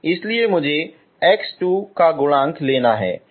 इसलिए मुझे x2 का गुणांक लेना है